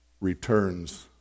returns